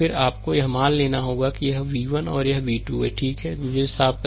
फिर आपको यह मान लेना होगा कि यह v 1 है और यह v 2 है ठीक है मुझे इसे साफ करने दें